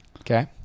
Okay